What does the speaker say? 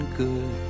good